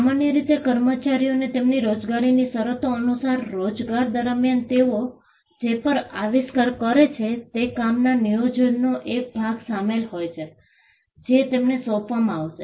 સામાન્ય રીતે કર્મચારીઓને તેમની રોજગારની શરતો અનુસાર રોજગાર દરમ્યાન તેઓ જે પણ આવિષ્કાર કરે છે તે કામમાં નિયોજકનો એક ભાગ શામેલ હોય છે જે તેમને સોંપવામાં આવશે